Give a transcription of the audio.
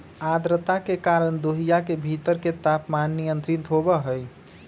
आद्रता के कारण देहिया के भीतर के तापमान नियंत्रित होबा हई